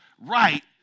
right